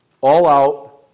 all-out